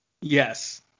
Yes